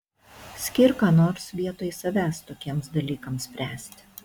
skirk ką nors vietoj savęs tokiems dalykams spręsti